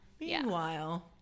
meanwhile